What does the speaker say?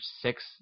six